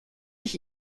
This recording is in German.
ich